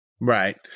Right